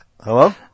Hello